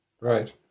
right